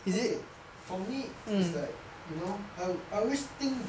okay for me it's like you know I I always think